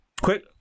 Quick